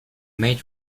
made